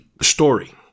story